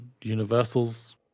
universals